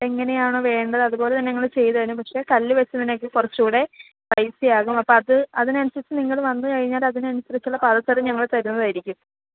എങ്ങനെയാണോ വേണ്ടത് അതുപോലെ തന്നെ ഞങ്ങൾ ചെയ്ത് തരും പക്ഷേ കല്ല് വെച്ചതിനൊക്കെ കുറച്ചൂടെ പൈസയാകും അപ്പം അത് അതിന് അനുസരിച്ച് നിങ്ങൾ വന്ന് കഴിഞ്ഞാൽ അതിന് അനുസരിച്ചുള്ള പാദസരം ഞങ്ങള് തരുന്നതായിരിക്കും